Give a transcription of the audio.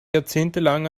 jahrzehntelang